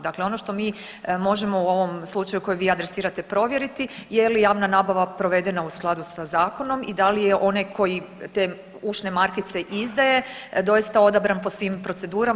Dakle, ono što mi možemo u ovom slučaju koji vi adresirate provjeriti je li javna nabava provedena u skladu sa zakonom i da li je onaj koji te ušne markice izdaje doista odabran po svim procedurama.